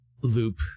loop